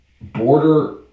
border